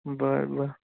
बर बर